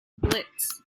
blitz